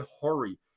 hurry